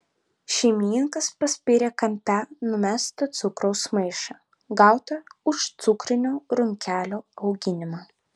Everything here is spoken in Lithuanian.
šeimininkas paspyrė kampe numestą cukraus maišą gautą už cukrinių runkelių auginimą